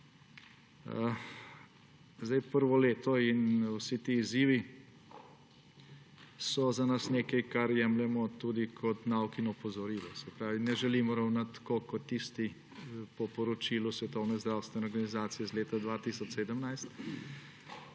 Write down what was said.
Prvo leto in vsi ti izzivi so za nas nekaj, kar jemljemo tudi kot nauk in opozorilo. Se pravi, ne želimo ravnati tako kot tisti po poročilu Svetovne zdravstvene organizacije iz leta 2017